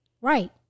Right